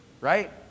right